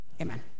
amen